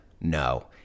no